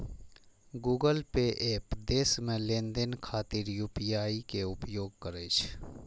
Google Pay app देश मे लेनदेन खातिर यू.पी.आई के उपयोग करै छै